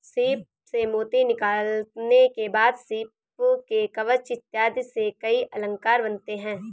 सीप से मोती निकालने के बाद सीप के कवच इत्यादि से कई अलंकार बनते हैं